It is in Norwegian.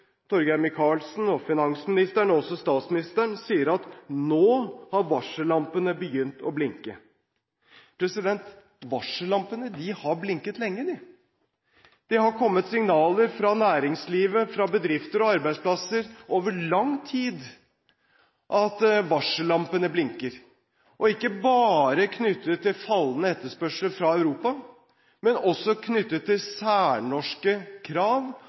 Torgeir Micaelsen, finansministeren og også statsministeren sier at nå har varsellampene begynt å blinke. Varsellampene har blinket lenge, de. Det har kommet signaler fra næringslivet, fra bedrifter og arbeidsplasser over lang tid om at varsellampene blinker. Det er ikke bare knyttet til fallende etterspørsel fra Europa, men også til særnorske krav